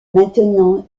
maintenant